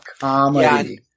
comedy